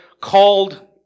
called